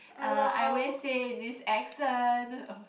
uh I always say this accent